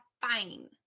fine